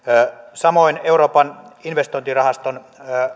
samoin euroopan investointirahaston